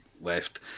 left